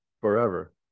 forever